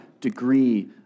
degree